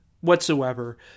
whatsoever